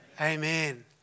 Amen